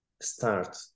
start